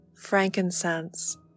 frankincense